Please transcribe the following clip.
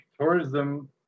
tourism